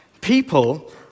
people